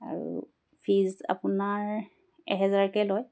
আৰু ফিজ আপোনাৰ এহেজাৰকৈ লয়